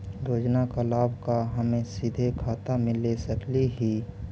योजना का लाभ का हम सीधे खाता में ले सकली ही?